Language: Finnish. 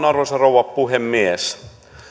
arvoisa rouva puhemies